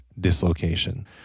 dislocation